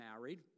married